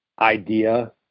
idea